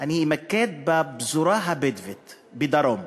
אני אתמקד בפזורה הבדואית בדרום,